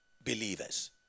believers